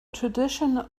tradition